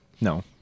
No